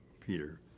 peter